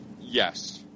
Yes